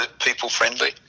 people-friendly